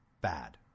bad